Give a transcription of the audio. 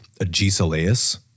Agesilaus